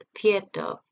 theatre